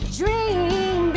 dream